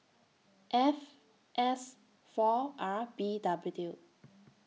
F S four R B W